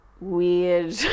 weird